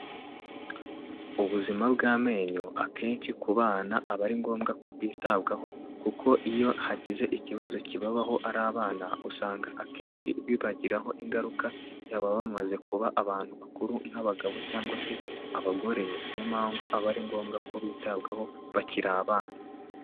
Ubuzima bw'amenyo akenshi ku bana aba ari ngombwa ko bwitabwaho kuko iyo hagize ikibazo kibabaho ari abana usanga akenshi bibagiraho ingaruka yaba bamaze kuba abantu bakuru nk'abagabo cyangwa se abagore niyo mpamvu aba ari ngombwa ko bitabwaho bakiri abana.